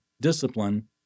discipline